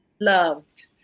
loved